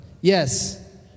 ¿Yes